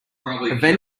vendor